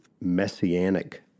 messianic